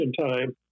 time